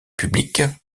publique